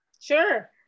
Sure